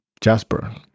Jasper